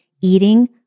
eating